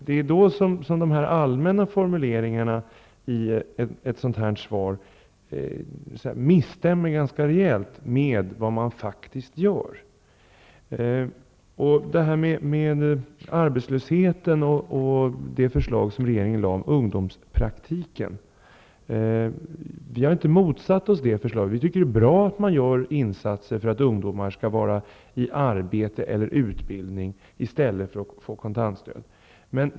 Det är därför som allmänt hållna formuleringar i det avlämnade svaret ganska rejält misstämmer med vad som faktiskt görs. Förslaget om ungdomspraktik, som regeringen lade fram med tanke på arbetslösheten, har vi inte motsatt oss. Vi socialdemokrater tycker att det är bra att insatser görs för att ungdomar skall kunna vara i arbete och utbildning i stället för att få kontantstöd.